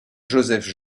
joseph